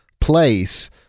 place